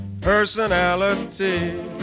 personality